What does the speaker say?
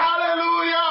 hallelujah